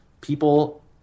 people